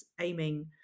aiming